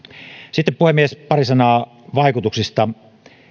sitten puhemies pari sanaa vaikutuksista